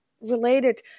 related